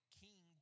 king